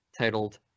titled